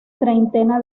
treintena